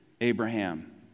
abraham